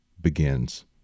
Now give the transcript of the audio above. begins